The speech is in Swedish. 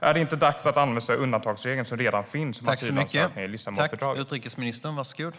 Är det inte dags att använda sig av den undantagsregel som redan finns i Lissabonfördraget?